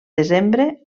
desembre